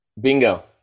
Bingo